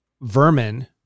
Vermin